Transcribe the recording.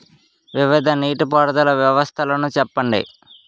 వివిధ నీటి పారుదల వ్యవస్థలను చెప్పండి?